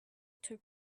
took